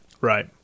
right